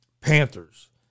Panthers